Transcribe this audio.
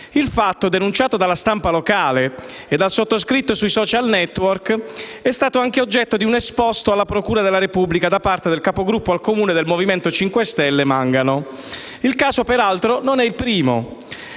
Il fatto, denunciato dalla stampa locale e dal sottoscritto sui *social network*, è stato anche oggetto di un esposto alla procura della Repubblica da parte del capogruppo al Comune del Movimento 5 Stelle, Mangano. Il caso, peraltro, non è il primo